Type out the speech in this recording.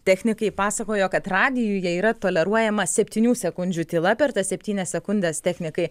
technikai pasakojo kad radijuje yra toleruojama septynių sekundžių tyla per tas septynias sekundes technikai